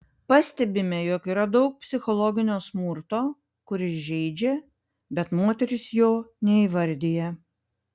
pastebime jog yra daug psichologinio smurto kuris žeidžia bet moterys jo neįvardija